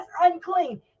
unclean